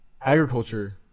agriculture